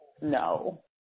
No